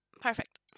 Perfect